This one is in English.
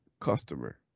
customer